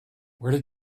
where